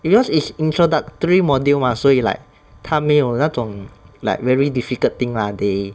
because is introductory module mah 所以 like 它没有那种 like very difficult thing lah